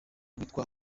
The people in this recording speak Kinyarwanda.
witwa